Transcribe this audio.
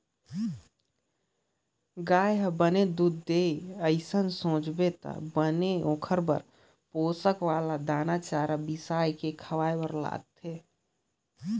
गाय ह बने दूद देवय अइसन सोचबे त बने ओखर बर पोसक वाला दाना, चारा बिसाके खवाए बर परथे